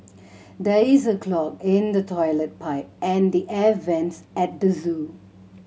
there is a clog in the toilet pipe and the air vents at the zoo